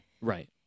Right